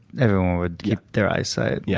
everyone would keep their eyesight. yeah